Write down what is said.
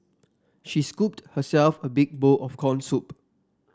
she scooped herself a big bowl of corn soup